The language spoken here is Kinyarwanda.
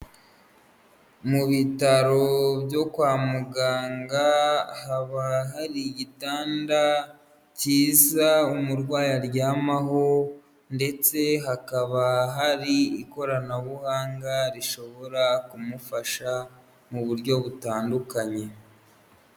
Mu bitaro byo kwa muganga haba hari igitanda kiza, umurwayi aryamaho ndetse hakaba hari ikoranabuhanga rishobora kumufasha mu buryo butandukanye.